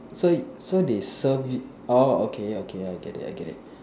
so so they serve y~ okay okay I get it I get it